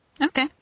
Okay